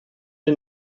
der